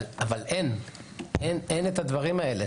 אבל אין את הדברים האלה.